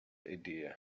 idea